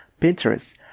pinterest